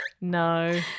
No